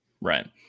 Right